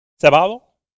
Cebado